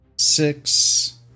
Six